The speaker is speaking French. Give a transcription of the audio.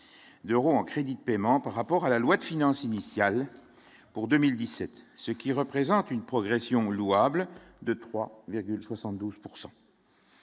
d'euros en crédit de paiement par rapport à la loi de finances initiale pour 2017, ce qui représente une progression louable de 3,72